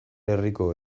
herriko